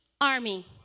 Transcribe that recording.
army